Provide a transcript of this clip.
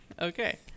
Okay